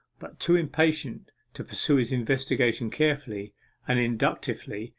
but too impatient to pursue his investigation carefully and inductively,